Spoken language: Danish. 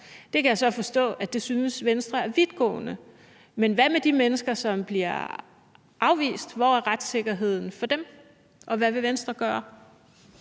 Det kan jeg så forstå at Venstre synes er vidtgående, men hvad med de mennesker, som bliver afvist? Hvor er retssikkerheden for dem, og hvad vil Venstre gøre?